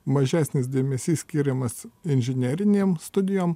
mažesnis dėmesys skiriamas inžinerinėm studijom